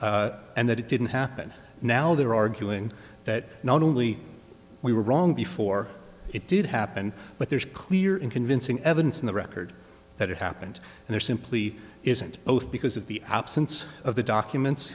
and that it didn't happen now they're arguing that not only we were wrong before it did happen but there's clear and convincing evidence in the record that it happened and there simply isn't oath because of the absence of the documents